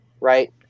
Right